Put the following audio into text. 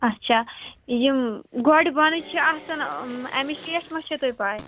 اَچھا یِم گۄڈٕ بۄنہٕ چھِ آسان اَمِچ شیٹھ ما چھَو تۄہہِ پےَ